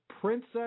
Princess